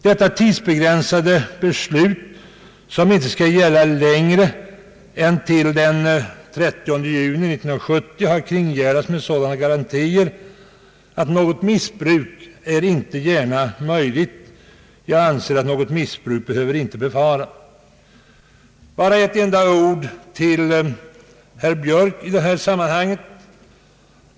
Detta tidsbegränsade beslut, som inte skall gälla längre än till den 30 juni 1970, har kringgärdats med såda na garantier att missbruk inte gärna är möjligt. Jag anser att något missbruk inte behöver befaras. Bara ett par ord till herr Björk i detta sammanhang.